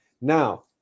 Now